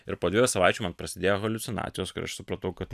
ir po dviejų savaičių man prasidėjo haliucinacijos kur aš supratau kad